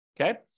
Okay